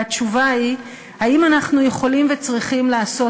והתשובה היא: האם אנחנו יכולים וצריכים לעשות